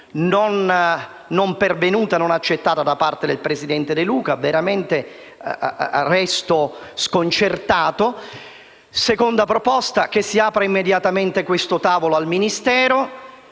non pervenuta e non accettata da parte del presidente De Luca; ciò mi lascia veramente sconcertato. La seconda proposta è che si apra immediatamente questo tavolo al Ministero.